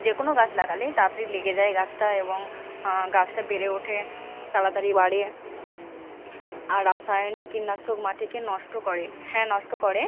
যে কোনো গাছ লাগালেই তাড়াতাড়ি লেগে যায় গাছটা এবং গাছটা বেড়ে ওঠে তাড়াতাড়ি বাড়ে আর রাসায়নিক কীটনাশক মাটিকে নষ্ট করে হ্যাঁ নষ্ট করে